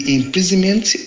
imprisonment